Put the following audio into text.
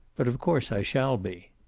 but of course i shall be.